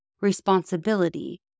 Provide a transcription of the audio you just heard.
responsibility